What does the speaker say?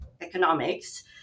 economics